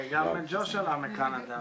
וגם ג'וש עלה מקנדה,